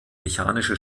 mechanische